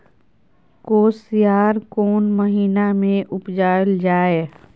कोसयार कोन महिना मे उपजायल जाय?